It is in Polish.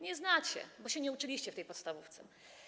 Nie znacie, bo się nie uczyliście w tej podstawówce.